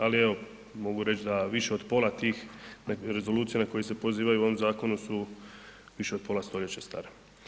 Ali evo mogu reći da više od pola od tih rezolucija na koje se pozivaju u ovom zakonu su više od pola stoljeća stara.